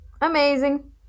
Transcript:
amazing